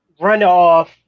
runoff